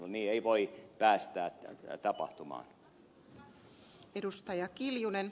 niin ei voi päästää tapahtumaan